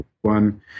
one